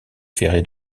ferré